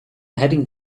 heading